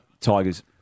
Tigers